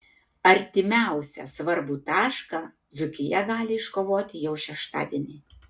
artimiausią svarbų tašką dzūkija gali iškovoti jau šeštadienį